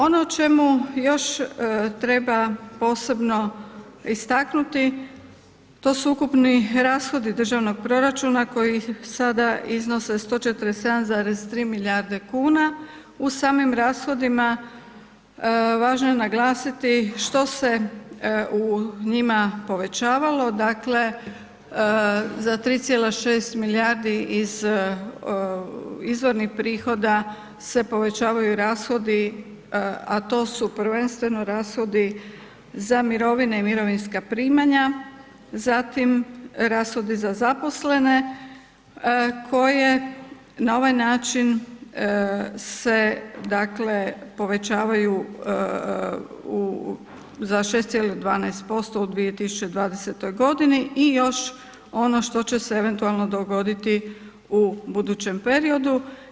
Ono o čemu još treba posebno istaknuti, to su ukupni rashodi državnog proračuna koji sada iznose 147,3 milijarde, u samim rashoda važno je naglasiti šti se u njima povećavalo, dakle za 3,6 milijardi iz izvornih prihoda se povećavaju rashodi a to su prvenstveno rashodi za mirovine i mirovinska primanja, zatim rashodi za zaposlene koje na ovaj način se dakle povećavaju za 6,12% u 2020. g. i još ono što će se eventualno dogoditi u budućem periodu.